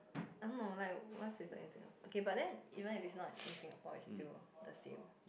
I don't know like what's with that in Singapore okay but then even if it's not in Singapore its still the same